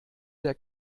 der